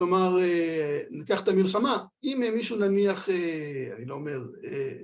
‫כלומר, ניקח את המלחמה. ‫אם מישהו נניח, אני לא אומר...